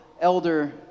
Elder